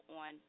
on